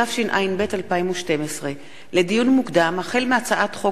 התשע"ב 2012. לדיון מוקדם: החל בהצעת חוק